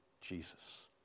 Jesus